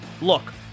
Look